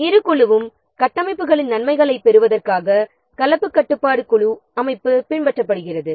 இந்த இரு குழு கட்டமைப்புகளின் நன்மைகளைப் பெறுவதற்காக கலப்பு கட்டுப்பாட்டு குழு அமைப்பு பின்பற்றப்படுகிறது